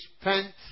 spent